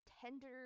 tender